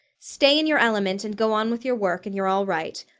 stay in your element, and go on with your work, and you're all right.